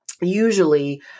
Usually